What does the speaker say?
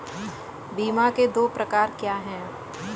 बीमा के दो प्रकार क्या हैं?